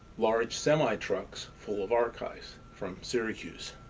large semi-trucks full of archives from syracuse,